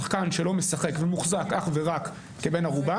שחקן שלא משחק ומוחזק אך ורק כבן ערובה,